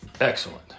Excellent